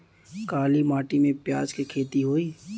काली माटी में प्याज के खेती होई?